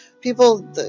People